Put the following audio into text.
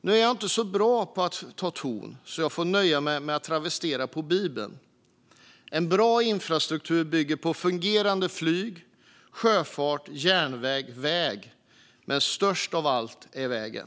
Nu är jag inte så bra på att ta ton, så jag får nöja mig med att travestera Bibeln: En bra infrastruktur bygger på fungerande flyg, sjöfart, järnväg och väg, och störst av dem är vägen.